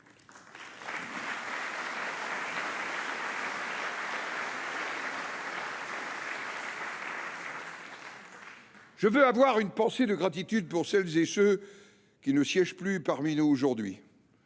J’ai une pensée de gratitude pour celles et ceux qui ne siègent plus parmi nous aujourd’hui.